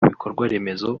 bikorwaremezo